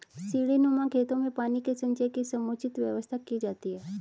सीढ़ीनुमा खेतों में पानी के संचय की समुचित व्यवस्था की जाती है